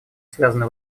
связаны